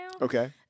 Okay